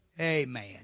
Amen